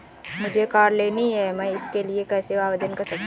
मुझे कार लेनी है मैं इसके लिए कैसे आवेदन कर सकता हूँ?